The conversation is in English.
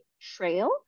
Trail